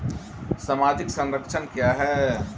सामाजिक संरक्षण क्या है?